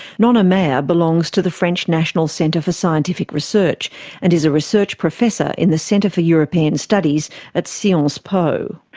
nonna mayer belong to the french national centre for scientific research and is a research professor in the centre for european studies at sciences po.